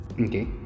okay